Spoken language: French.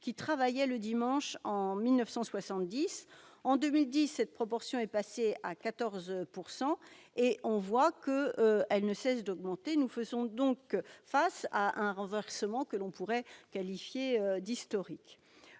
qui travaillait le dimanche en 1970. En 2010, cette proportion est passée à 14 %. Elle ne cesse d'augmenter. Nous sommes face à un renversement que l'on peut qualifier d'historique